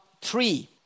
three